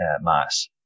mass